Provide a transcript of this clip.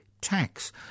tax